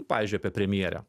pavyzdžiui apie premjerę